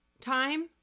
time